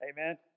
Amen